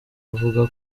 avuga